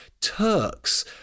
Turks